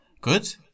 Good